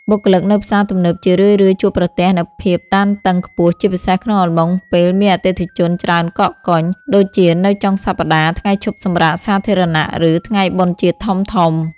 បុគ្គលិកនៅផ្សារទំនើបជារឿយៗជួបប្រទះនូវភាពតានតឹងខ្ពស់ ជាពិសេសក្នុងអំឡុងពេលដែលមានអតិថិជនច្រើនកកកុញ ដូចជានៅចុងសប្តាហ៍ ថ្ងៃឈប់សម្រាកសាធារណៈ ឬថ្ងៃបុណ្យជាតិធំៗ។